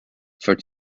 for